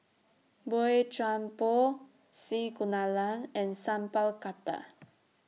Boey Chuan Poh C Kunalan and Sat Pal Khattar